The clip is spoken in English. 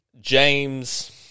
james